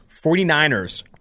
49ers